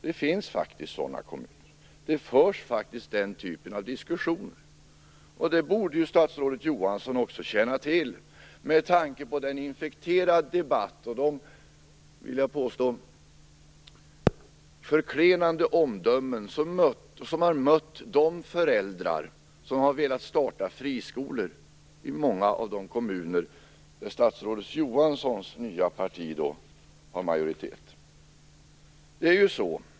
Det finns faktiskt sådana kommuner, och det förs faktiskt den typen av diskussioner. Det borde också statsrådet Johansson känna till med tanke på den infekterade debatt och de, vill jag påstå, förklenande omdömen som har mött de föräldrar som har velat starta friskolor i många av de kommuner där statsrådet Johanssons nya parti har majoritet.